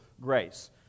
grace